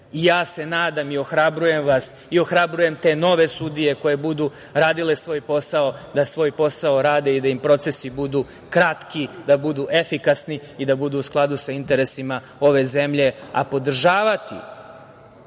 Ja se nadam i ohrabrujem vas, ohrabrujem te nove sudije koje budu radile svoj posao da svoj posao rade i da im procesi budu kratki, da budu efikasni i da budu u skladu sa interesima ove zemlje. Podržavati